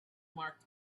marked